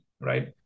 right